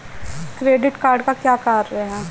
Credit card का क्या कार्य है?